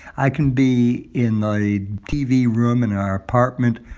i can be in the tv room in our apartment,